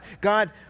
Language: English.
God